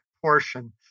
portion